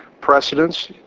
precedents